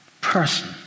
person